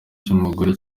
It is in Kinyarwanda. cy’umugore